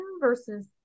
versus